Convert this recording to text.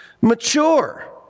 mature